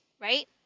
right